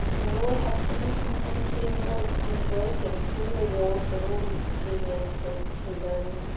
nor had any communicating doors been broken through the walls in order to gain access to them.